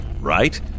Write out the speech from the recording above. Right